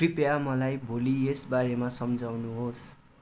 कृपया मलाई भोलि यसबारेमा सम्झाउनुहोस्